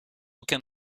aucun